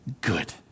Good